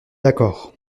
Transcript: d’accord